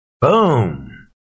Boom